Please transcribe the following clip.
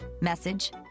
message